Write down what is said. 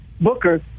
Booker